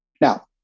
Now